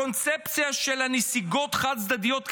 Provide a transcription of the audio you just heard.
הקונספציה של הנסיגות החד-צדדיות קרסה.